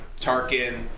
Tarkin